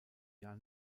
jahr